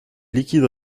liquide